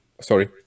sorry